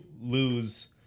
lose